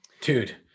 Dude